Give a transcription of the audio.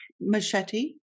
machete